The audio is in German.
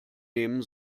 nehmen